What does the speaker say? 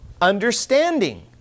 understanding